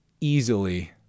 easily